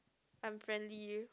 I'm friendly